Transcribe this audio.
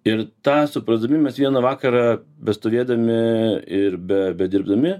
ir tą suprasdami mes vieną vakarą bestovėdami ir be bedirbdami